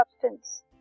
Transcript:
substance